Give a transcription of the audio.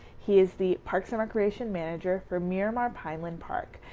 he is the parks and recreation manager for miramar pineland park.